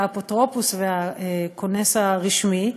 האפוטרופוס והכונס הרשמי,